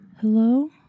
Hello